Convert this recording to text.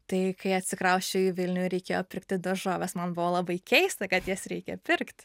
tai kai atsikrausčiau į vilnių reikėjo pirkti daržoves man buvo labai keista kad jas reikia pirkt